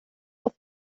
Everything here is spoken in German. auf